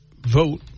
vote